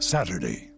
Saturday